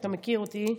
אתה מכיר אותי.